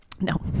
No